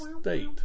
State